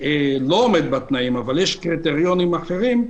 שלא עומד בתנאים אבל יש קריטריונים אחרים,